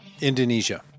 Indonesia